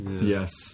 Yes